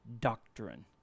doctrine